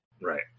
Right